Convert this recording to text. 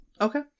Okay